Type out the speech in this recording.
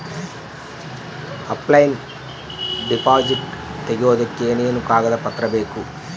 Offline deposit ತೆಗಿಯೋದಕ್ಕೆ ಏನೇನು ಕಾಗದ ಪತ್ರ ಬೇಕು?